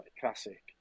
classic